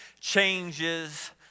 changes